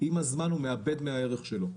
עם הזמן מאבד מהערך שלו.